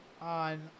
on